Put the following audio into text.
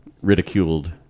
ridiculed